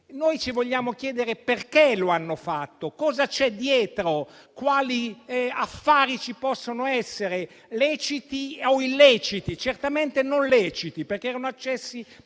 noi ci vogliamo chiedere perché lo hanno fatto, cosa c'è dietro, quali affari ci possono essere, leciti o illeciti; certamente non leciti perché erano accessi